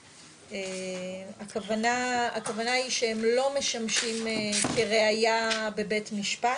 הכוונה היא, שהם לא משמשים כראייה בבית משפט,